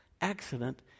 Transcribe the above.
accident